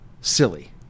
silly